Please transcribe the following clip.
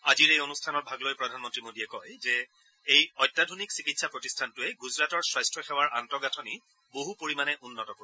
আজিৰ এই অনুষ্ঠানত ভাগ লৈ প্ৰধানমন্ত্ৰী মোদীয়ে কয় যে এই অত্যাধুনিক চিকিৎসা প্ৰতিষ্ঠানটোৱে গুজৰাটৰ স্বাস্থ্য সেৱাৰ আন্তঃগাথনি বহু পৰিমাণে উন্নত কৰিব